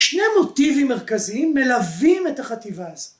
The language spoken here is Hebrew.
שני המוטיבים מרכזיים מלווים את החטיבה הזאת.